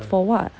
for what